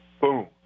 boom